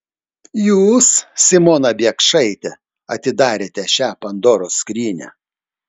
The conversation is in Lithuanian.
jūs simona biekšaite atidarėte šią pandoros skrynią